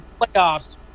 Playoffs